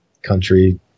country